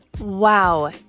Wow